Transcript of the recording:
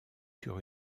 sur